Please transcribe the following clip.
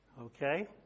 okay